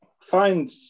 find